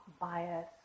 bias